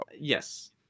Yes